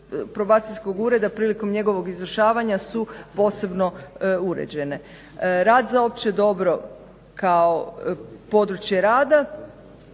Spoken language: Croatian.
probacijskog ureda prilikom njegovog izvršavanja su posebno uređene. Rad za opće dobro kao područje rada